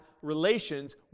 relations